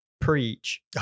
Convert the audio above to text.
preach